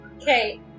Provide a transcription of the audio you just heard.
Okay